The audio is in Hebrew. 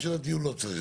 האופן של הדיון לא צריך.